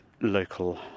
local